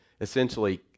essentially